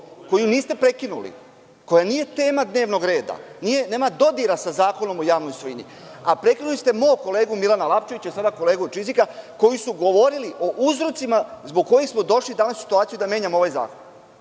koju niste prekinuli, a koja nije tema dnevnog reda i nema dodira sa Zakonom o javnoj svojini, a prekinuli ste mog kolegu Milana Lapčevića i sada kolegu Čizika, koji su govorili o uzrocima zbog kojih smo došli danas u situaciju da menjamo ovaj zakon,